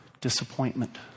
disappointment